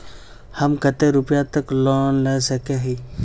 हम कते रुपया तक लोन ला सके हिये?